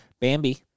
Bambi